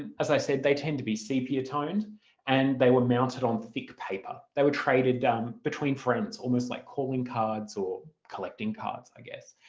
and as i said they tend to be sepia-toned and they were mounted on thick paper. they were traded um between friends almost like calling cards or collecting cards, i guess.